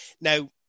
Now